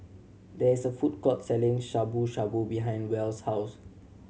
there is a food court selling Shabu Shabu behind Wells' house